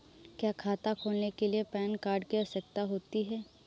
क्या खाता खोलने के लिए पैन कार्ड की आवश्यकता होती है?